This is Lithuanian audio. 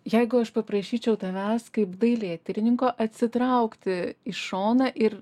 jeigu aš paprašyčiau tavęs kaip dailėtyrininko atsitraukti į šoną ir